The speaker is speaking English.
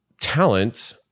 talent